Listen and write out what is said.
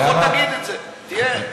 לפחות תגיד את זה, תהיה, ותגיד את זה.